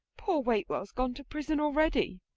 poor waitwell's gone to prison already.